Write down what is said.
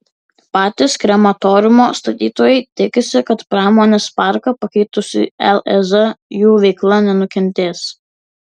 patys krematoriumo statytojai tikisi kad pramonės parką pakeitus į lez jų veikla nenukentės